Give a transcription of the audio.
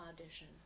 audition